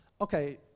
Okay